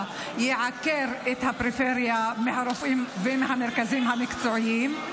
יעקר את הפריפריה מהרופאים ומהמרכזים המקצועיים.